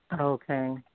Okay